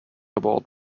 award